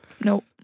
nope